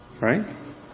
Right